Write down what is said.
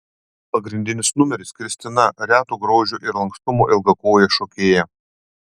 pagrindinis numeris kristina reto grožio ir lankstumo ilgakojė šokėja